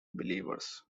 believers